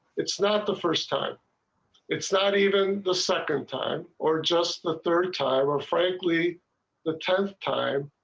it's not the first time it's not even the second time or just the third time or frankly the term time.